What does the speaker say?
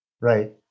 Right